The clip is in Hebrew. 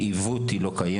היא עיוות היא לא קיימת,